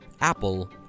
Apple